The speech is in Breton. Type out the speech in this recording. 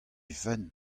fenn